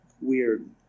weird